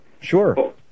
Sure